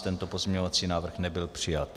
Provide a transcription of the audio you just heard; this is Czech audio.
Tento pozměňovací návrh nebyl přijat.